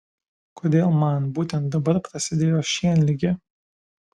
kodėl man būtent dabar prasidėjo šienligė